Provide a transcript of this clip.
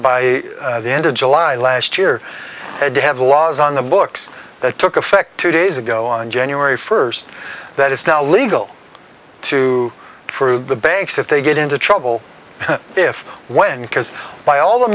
by the end of july last year had to have laws on the books that took effect two days ago on january first that it's now legal to prove the banks if they get into trouble if when because by all the